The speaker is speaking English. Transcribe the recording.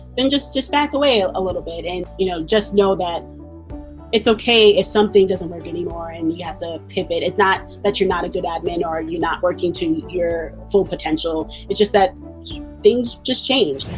then just just back away ah a little bit and you know just know that it's okay if something doesn't work anymore and you have to pivot, it's not that you're not a good admin or and you're not working to your full potential. it's just that things just change.